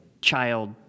child